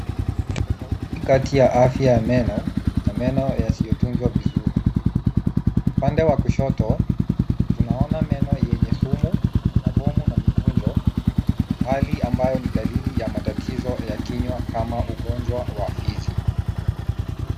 Tofauti kati ya afya ya meno na yasiyotunzwa vizuri; upande wa kushoto, tunaona meno yenye fumu magumu na mikunjo, hali ambayo ni dalili ya matatizo ya kinywa kama ugonjwa wa fizi.